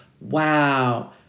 wow